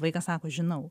vaikas sako žinau